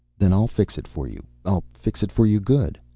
then i'll fix it for you. i'll fix it for you good.